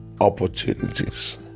opportunities